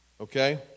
okay